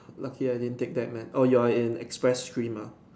lucky I didn't take that man oh you are in express stream ah